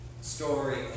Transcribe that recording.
story